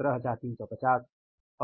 17350